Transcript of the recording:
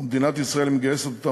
ומדינת ישראל מגייסת אותם,